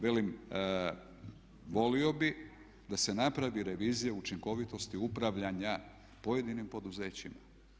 Velim, volio bih da se napravi revizija učinkovitosti upravljanja pojedinim poduzećima.